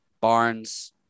Barnes